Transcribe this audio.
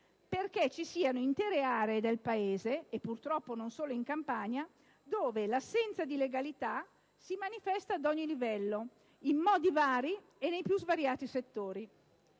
perché ci siano intere aree del Paese, e purtroppo non solo in Campania, dove l'assenza di legalità si manifesta ad ogni livello, in modi vari e nei più svariati settori.